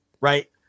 right